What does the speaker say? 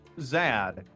Zad